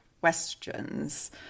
questions